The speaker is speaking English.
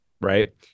Right